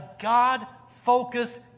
God-focused